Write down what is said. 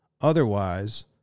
Otherwise